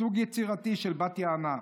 סוג יצירתי של בת יענה.